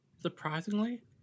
Surprisingly